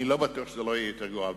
אני לא בטוח שההמשך לא יהיה יותר גרוע.